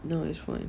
no it's fine